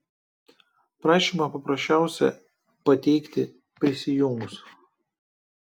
prašymą paprasčiausia pateikti prisijungus